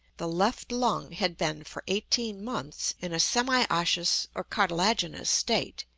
the left lung had been for eighteen months in a semi-osseous or cartilaginous state,